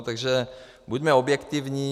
Takže buďme objektivní.